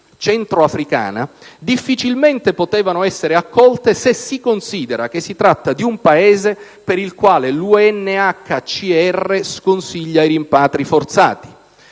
Centro Africana difficilmente potevano essere accolte se si considera che si tratta di un Paese per il quale l'UNHCR sconsiglia i rimpatri forzati.